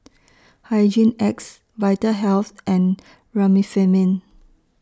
Hygin X Vitahealth and Remifemin